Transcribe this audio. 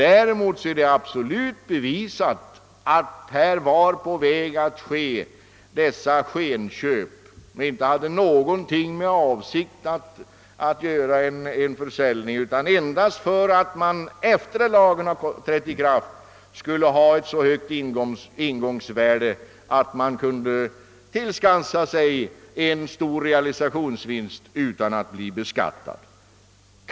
Däremot är det absolut bevisat att många var i färd med att göra skenförsäljningar varvid avsikten inte var att sälja utan endast att få så högt ingångsvärde att man efter det att lagen trätt i kraft kunde tillskansa sig en stor realisationsvinst utan att bli beskattad härför.